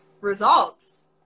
results